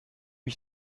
ich